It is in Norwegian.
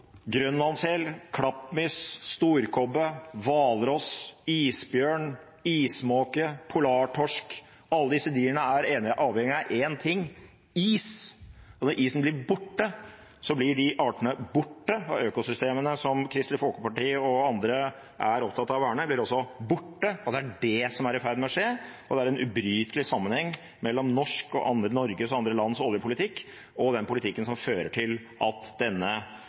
grønlandssel, klappmyss, storkobbe, hvalross, isbjørn, ismåke, polartorsk, alle disse dyrene, er avhengig av én ting: is. Når isen blir borte, blir de artene borte, og økosystemene som Kristelig Folkeparti og andre er opptatt av å verne, blir også borte. Det er det som er i ferd med å skje, og det er en ubrytelig sammenheng mellom Norges og andre lands oljepolitikk og den politikken som fører til at denne